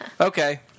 Okay